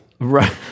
Right